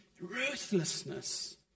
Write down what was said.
Ruthlessness